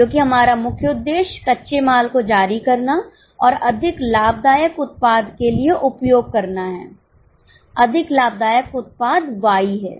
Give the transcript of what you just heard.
क्योंकि हमारा मुख्य उद्देश्य कच्चे माल को जारी करना और अधिक लाभदायक उत्पाद के लिए उपयोग करना है अधिक लाभदायक उत्पाद Y है